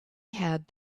had